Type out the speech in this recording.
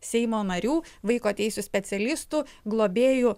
seimo narių vaiko teisių specialistų globėjų